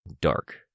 dark